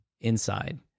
inside